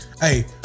Hey